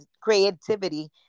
creativity